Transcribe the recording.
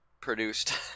produced